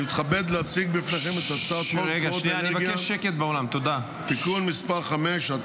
אני מתכבד להציג בפניכם את הצעת חוק מקורות אנרגיה (תיקון מס' 5),